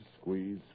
squeeze